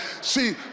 See